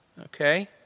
Okay